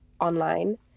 online